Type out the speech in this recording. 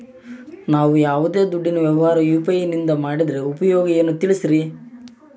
ನಾವು ಯಾವ್ದೇ ದುಡ್ಡಿನ ವ್ಯವಹಾರ ಯು.ಪಿ.ಐ ನಿಂದ ಮಾಡಿದ್ರೆ ಉಪಯೋಗ ಏನು ತಿಳಿಸ್ರಿ?